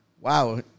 Wow